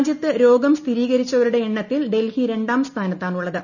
രാജ്യത്ത് രോഗം സ്ഥിരീകരിച്ചവരുടെ എണ്ണത്തിൽ ഡൽഹി രണ്ടാം സ്ഥാനത്താണുള്ളത്